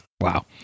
Wow